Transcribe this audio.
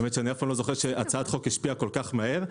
האמת שאני לא זוכר שהצעת חוק השפיעה כל כך מהר,